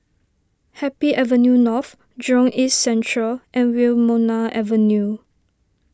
Happy Avenue North Jurong East Central and Wilmonar Avenue